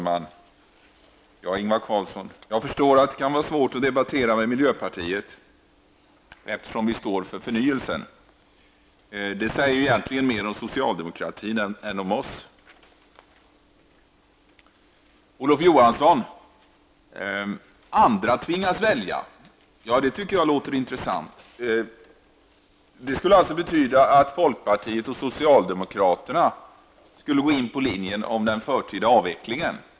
Herr talman! Jag förstår att det kan vara svårt att debattera med miljöpartiet, Ingvar Carlsson, eftersom vi står för förnyelsen. Det säger egentligen mer om socialdemokratin än om oss. Olof Johansson sade att andra tvingas välja. Det låter intressant. Det betyder alltså att folkpartiet och socialdemokraterna skulle gå in på linjen om den förtida avvecklingen.